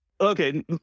Okay